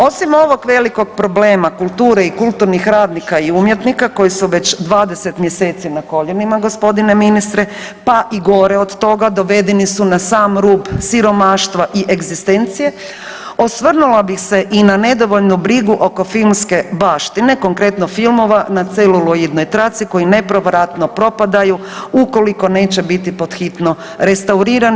Osim ovog velikog problema kulture i kulturnih radnika i umjetnika koji su već 20 mjeseci na koljenima g. ministre, pa i gore od toga dovedeni su na sam rub siromaštva i egzistencije, osvrnula bih se i na nedovoljnu brigu oko filmske baštine, konkretno filmova na celuloidnoj traci koje nepovratno propadaju ukoliko neće biti pod hitno restaurirani.